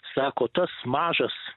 sako tas mažas